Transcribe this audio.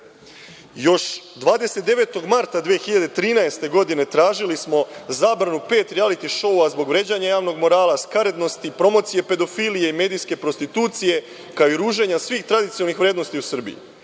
Još 29. marta 2013. godine tražili smo zabranu pet rijaliti šoova zbog vređanja javnog morala, skaradnosti, promocije pedofilije, medijske prostitucije kao i ruženja svih tradicionalnih vrednosti u Srbiji.